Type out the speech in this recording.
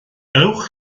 ewch